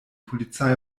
polizei